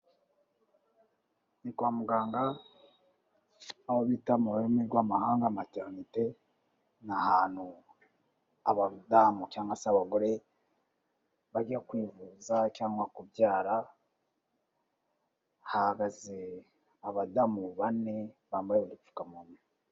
Ni kwa muganga aho bita mu rurimi rw'amahanga materinete, ni ahantutu abadamu cyangwa se abagore bajya kwivuza cyangwa kubyara, hahagaze abadamu bane bambaye udupfukamunwa.